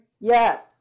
Yes